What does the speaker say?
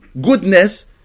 Goodness